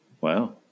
Wow